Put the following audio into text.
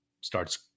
starts